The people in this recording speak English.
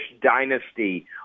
dynasty